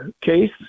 case